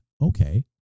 Okay